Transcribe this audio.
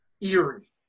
eerie